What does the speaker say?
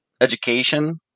education